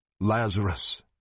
Lazarus